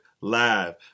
Live